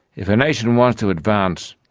if a nation wants to advance,